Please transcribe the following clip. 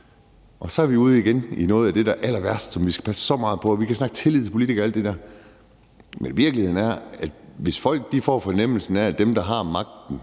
Og så er vi ude i noget af det, der er allerværst, og som vi skal passe så meget på. Vi kan snakke tillid og alt det der til politikere, men virkeligheden er, at hvis folk får fornemmelsen af, at dem, der har magten,